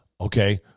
Okay